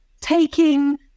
taking